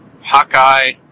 Hawkeye